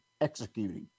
executing